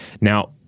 Now